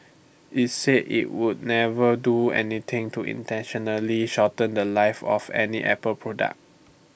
IT said IT would never do anything to intentionally shorten The Life of any Apple product